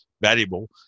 valuable